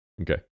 Okay